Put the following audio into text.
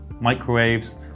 microwaves